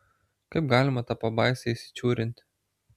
kaip galima tą pabaisą įsičiūrinti